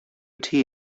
tea